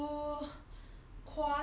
ya that is so